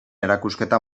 erakusketa